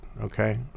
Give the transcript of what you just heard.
okay